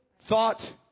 thought